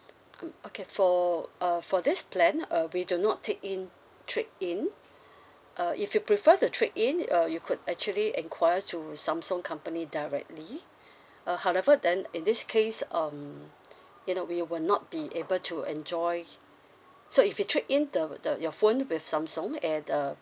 okay for uh for this plan uh we do not take in trade-in uh if you prefer to trade in uh you could actually enquire to samsung company directly uh however then in this case um you know we will not be able to enjoy so if you trade in the the your phone with samsung at uh